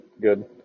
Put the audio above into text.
good